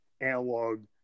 analog